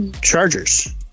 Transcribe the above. Chargers